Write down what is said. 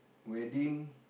wedding